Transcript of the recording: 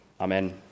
Amen